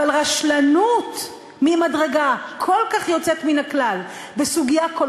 אבל רשלנות ממדרגה כל כך יוצאת מן הכלל בסוגיה כל